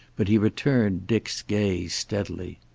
but he returned dick's gaze steadily.